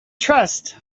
trust